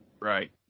Right